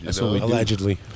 Allegedly